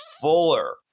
fuller